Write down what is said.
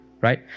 Right